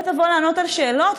לא תבוא לענות על שאלות,